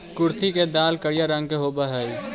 कुर्थी के दाल करिया रंग के होब हई